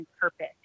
purpose